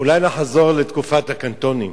אולי נחזור לתקופת הקנטונים?